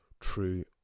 true